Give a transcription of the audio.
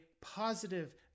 positive